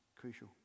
crucial